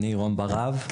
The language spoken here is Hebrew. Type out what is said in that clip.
אני רום בר-אב,